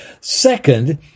Second